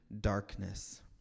darkness